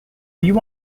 you